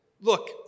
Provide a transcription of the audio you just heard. look